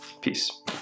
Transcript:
Peace